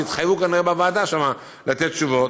אז התחייבו כנראה בוועדה שם לתת תשובות.